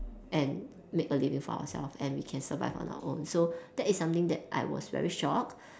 and make a living for ourself and we can survive on our own so that is something that I was very shock